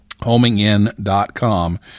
homingin.com